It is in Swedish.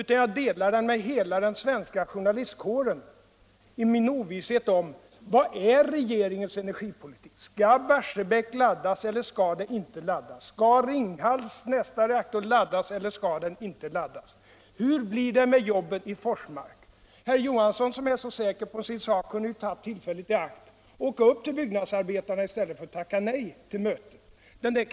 utan jag delar den med hela den svenska journalistkåren, när jag frågar: Vad är regeringens energipoliuk? Skull Barsebäck 2 taddas eller inte? Skall niästa reaktor i Ringhals laddas eller skall den inte laddas? Hur blir det med jobben i Forsmark? Herr Johansson. som är så säker på sin sak. kunde ju ta tillfället i akt och åka upp till byggnadsarbetarna i stället för att tacka nej till det mötet.